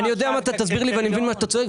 אני יודע מה אתה תסביר לי, ואני מבין מה אתה צועק.